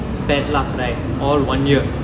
bad luck right all one year